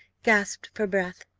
gasped for breath.